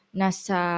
nasa